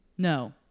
No